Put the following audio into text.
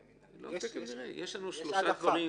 אני רק רוצה שוב להזכיר,